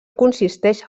consisteix